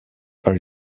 are